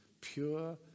pure